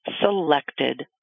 selected